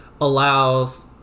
allows